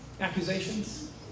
Accusations